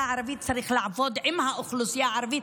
הערבית צריך לעבוד עם האוכלוסייה הערבית,